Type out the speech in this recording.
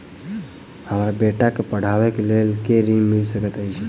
हमरा बेटा केँ पढ़ाबै केँ लेल केँ ऋण मिल सकैत अई?